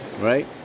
right